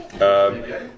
Okay